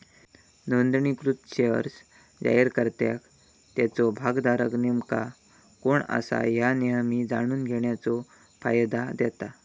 नोंदणीकृत शेअर्स जारीकर्त्याक त्याचो भागधारक नेमका कोण असा ह्या नेहमी जाणून घेण्याचो फायदा देता